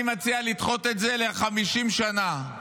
אני מציע לדחות את זה ב-50 שנה.